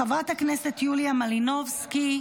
חברת הכנסת יוליה מלינובסקי,